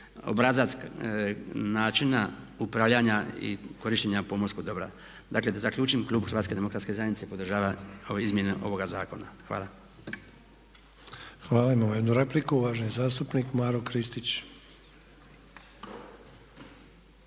obrazac načina upravljanja i korištenja pomorskog dobra. Dakle da zaključim, klub Hrvatske demokratske zajednice podržava izmjene ovoga zakona. Hvala. **Sanader, Ante (HDZ)** Hvala. Imamo jednu repliku, uvaženi zastupnik Maro Kristić.